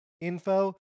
info